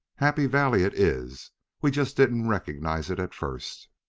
happy valley it is we just didn't recognize it at first.